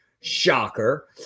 Shocker